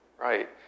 right